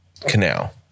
canal